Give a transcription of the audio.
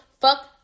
fuck